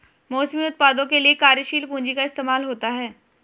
मौसमी उत्पादों के लिये कार्यशील पूंजी का इस्तेमाल होता है